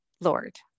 lord